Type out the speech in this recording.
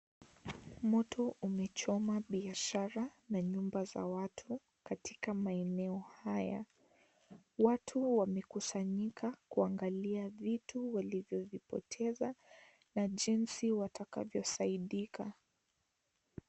Moto umechoma biashara na nyumba za watu katika maeneo haya. Watu wamekusanyika kuangalia vitu walivyovipoteza na jinsi watakavyosaidika.